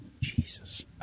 Jesus